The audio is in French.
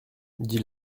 dit